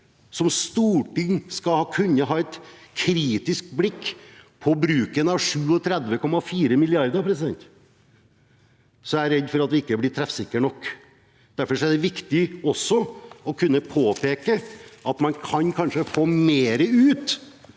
som storting skal kunne ha et kritisk blikk på bruken av 37,4 mrd. kr, er jeg redd for at vi ikke blir treffsikre nok. Derfor er det viktig å påpeke at man kanskje kan få mer ut